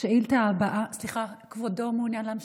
השאילתה הבאה, סליחה, כבודו מעוניין להמשיך?